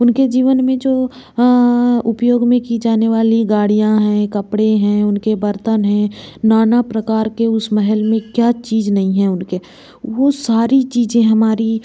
उनके जीवन में जो उपयोग में की जाने वाली गाड़ियाँ हैं कपड़े हैं उनके बर्तन हैं नाना प्रकार के उस महल में क्या चीज़ नहीं है उनके वह सारी चीज़ें हमारी